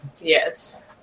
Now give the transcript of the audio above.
Yes